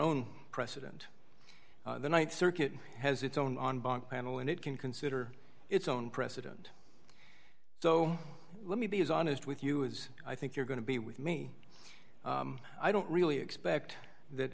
own precedent the th circuit has its own on bank panel and it can consider its own precedent so let me be as honest with you is i think you're going to be with me i don't really expect that